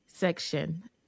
Section